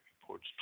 reports